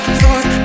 thought